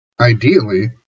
Ideally